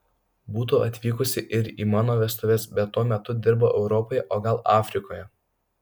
būtų atvykusi ir į mano vestuves bet tuo metu dirbo europoje o gal afrikoje